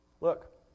Look